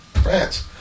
France